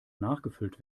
nachgefüllt